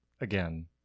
again